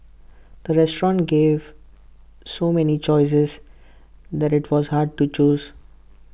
the restaurant gave so many choices that IT was hard to choose